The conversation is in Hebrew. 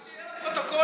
רק שיהיה לפרוטוקול,